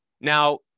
Now